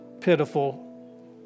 pitiful